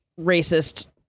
racist